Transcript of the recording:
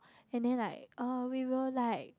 and then like oh we will like